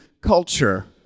culture